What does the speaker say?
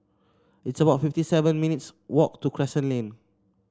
it's about fifty seven minutes' walk to Crescent Lane